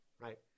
Right